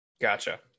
gotcha